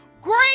great